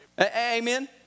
Amen